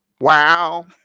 wow